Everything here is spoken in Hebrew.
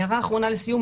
הערה אחרונה לסיום,